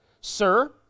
Sir